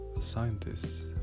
scientists